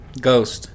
ghost